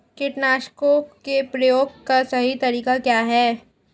कीटनाशकों के प्रयोग का सही तरीका क्या है?